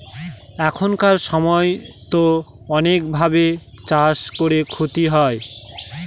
এখানকার সময়তো অনেক ভাবে চাষ করে ক্ষতি হয়